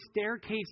staircase